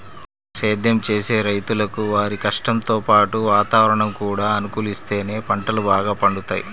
సేద్దెం చేసే రైతులకు వారి కష్టంతో పాటు వాతావరణం కూడా అనుకూలిత్తేనే పంటలు బాగా పండుతయ్